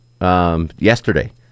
yesterday